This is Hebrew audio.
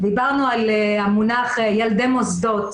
דיברנו על המונח 'ילדי מוסדות'.